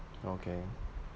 okay